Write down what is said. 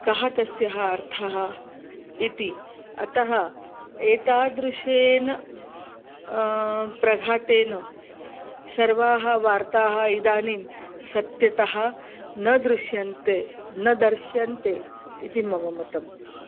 कः तस्य अर्थः इति अतः एतादृशेन प्रघातेन सर्वाः वार्ताः इदानीं सत्यतः न दृश्यन्ते न दर्श्यन्ते इति मम मतम्